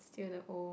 till they're old